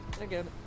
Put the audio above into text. Again